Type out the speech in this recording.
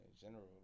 general